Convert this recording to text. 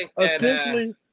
Essentially